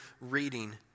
reading